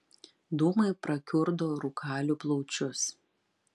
dūmai prakiurdo rūkalių plaučius